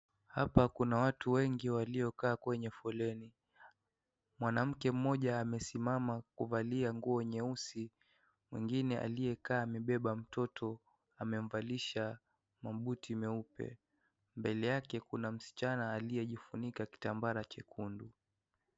Hapa kuna watu wengi waliokaa kwenye foleni, mwanamke mmoja amesimama kuvalia nguo nyeusi mwingine aliyekaa amebeba mtoto amemvalisha mabuti meupe, mbele yake kuna msichana aliyejifunikaa na kitambara chekundu.